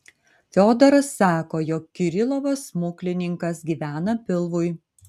fiodoras sako jog kirilovas smuklininkas gyvena pilvui